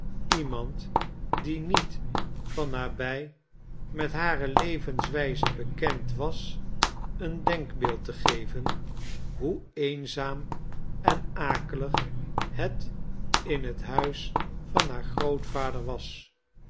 iemand die niet van nabij met hare levenswijze bekend was een denkbeeld te geven hoe eenzaam en akelig het in het huis van haar grootvader was